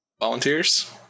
Volunteers